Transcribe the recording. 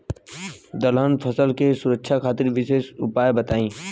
दलहन फसल के सुरक्षा खातिर विशेष उपाय बताई?